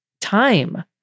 time